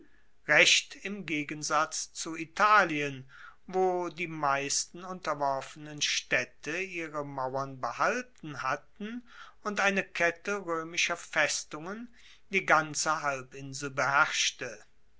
recht im gegensatz zu italien wo die meisten unterworfenen staedte ihre mauern behalten hatten und eine kette roemischer festungen die ganze halbinsel beherrschte